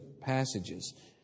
passages